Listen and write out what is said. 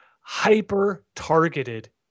hyper-targeted